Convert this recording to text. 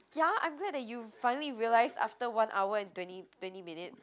ya I'm glad that you finally realised after one hour and twenty twenty minutes